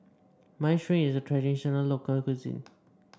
minestrone is a traditional local cuisine